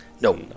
No